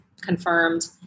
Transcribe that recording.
confirmed